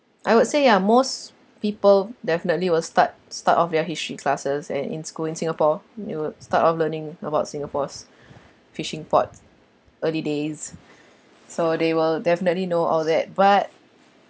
I would say ah most people definitely will start start off their history classes and in school in singapore they would start of learning about singapore's fishing port early days so they will definitely know all that but